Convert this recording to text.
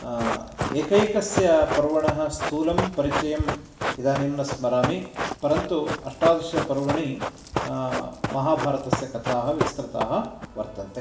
एकैकस्य पर्वणः स्थूलं परिचयम् इदानीं न स्मरामि परन्तु अष्टादशपर्वणि महाभारतस्य कथाः विस्तृताः वर्तन्ते